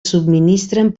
subministren